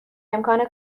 امکان